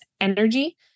energy